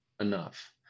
enough